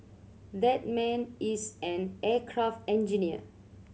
that man is an aircraft engineer